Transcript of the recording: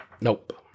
Nope